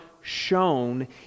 shown